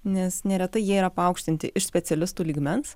nes neretai jie yra paaukštinti iš specialistų lygmens